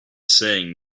saying